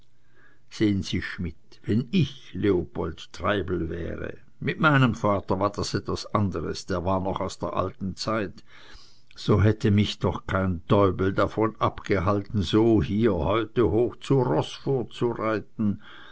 sehen sie schmidt wenn ich leopold treibel wäre mit meinem vater war das etwas anderes der war noch aus der alten zeit so hätte mich doch kein deubel davon abgehalten hier heute hoch zu roß vorzureiten